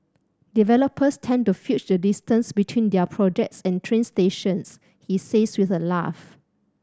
developers tend to fudge the distance between their projects and train stations he says with a laugh